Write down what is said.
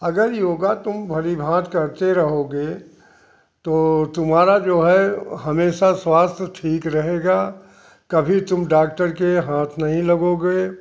अगर योग तुम भली बात करते रहोगे तो तुम्हारा जो है हमेशा स्वास्थ्य ठीक रहेगा कभी तुम डॉक्टर के हाथ नहीं लगोगे